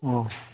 હા